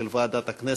של ועדת הכנסת,